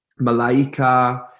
Malaika